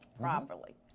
properly